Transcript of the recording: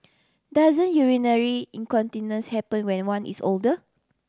doesn't urinary incontinence happen when one is older